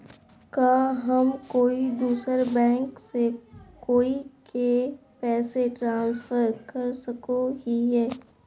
का हम कोई दूसर बैंक से कोई के पैसे ट्रांसफर कर सको हियै?